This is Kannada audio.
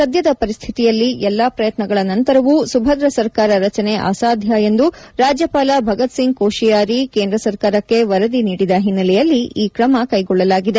ಸದ್ಯದ ಪರಿಸ್ಡಿತಿಯಲ್ಲಿ ಎಲ್ಲ ಪ್ರಯತ್ನಗಳ ನಂತರವೂ ಸುಭದ್ರ ಸರ್ಕಾರ ರಚನೆ ಅಸಾಧ್ಯ ಎಂದು ರಾಜ್ಯಪಾಲ ಭಗತ್ ಸಿಂಗ್ ಕೋಶಿಯಾರಿ ಕೇಂದ್ರ ಸರ್ಕಾರಕ್ನೆ ವರದಿ ನೀಡಿದ ಹಿನ್ನೆಲೆಯಲ್ಲಿ ಈ ಕ್ರಮ ಕ್ವೆಗೊಳ್ಳಲಾಗಿದೆ